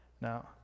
now